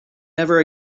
never